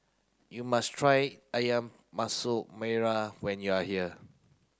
you must try Ayam Masak Merah when you are here